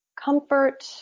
Comfort